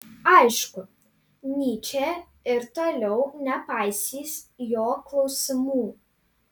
aišku nyčė ir toliau nepaisys jo klausimų